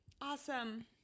Awesome